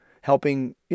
helping